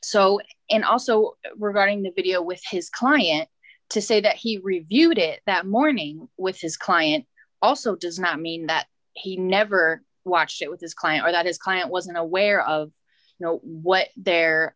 so and also regarding the video with his client to say that he reviewed it that morning with his client also does not mean that he never watched it with his client or that his client wasn't aware of you know what the